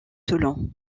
toulon